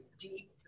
deep